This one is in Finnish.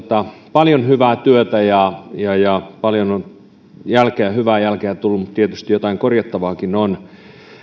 paljon hyvää työtä ja ja paljon on hyvää jälkeä tullut mutta tietysti jotain korjattavaakin on